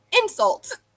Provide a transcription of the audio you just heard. Insult